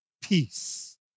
peace